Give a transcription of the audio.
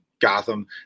Gotham